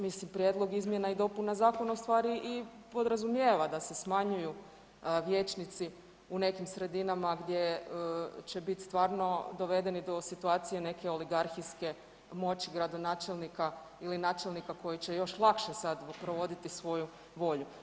Mislim prijedlog izmjena i dopuna zakona ustvari i podrazumijeva da se smanjuju vijećnici u nekim sredinama gdje će biti stvarno dovedeni do situacije neke oligarhijske moći gradonačelnika ili načelnika koji će još lakše sada provoditi svoju volju.